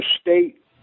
State